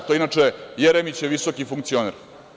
To je, inače, Jeremićev visoki funkcioner.